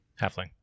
Halfling